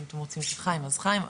אם אתם רוצים שחיים אז חיים,